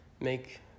make